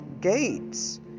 gates